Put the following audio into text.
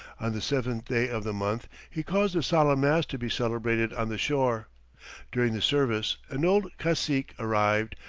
on the seventh day of the month he caused a solemn mass to be celebrated on the shore during the service an old cacique arrived,